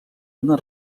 unes